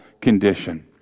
condition